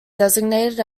designated